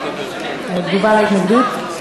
בתגובה על ההתנגדות.